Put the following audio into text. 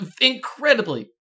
incredibly